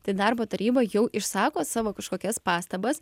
tai darbo taryba jau išsako savo kažkokias pastabas